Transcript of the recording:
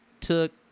took